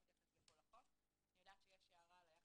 ולהעביר אותו לפני סוף הקדנציה זאת אחרי 11 דיונים,